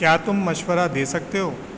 کیا تم مشورہ دے سکتے ہو